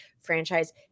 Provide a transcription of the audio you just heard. franchise